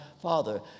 father